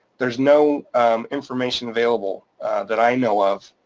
there's no information available that i know of